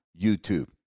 YouTube